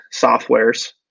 softwares